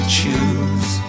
choose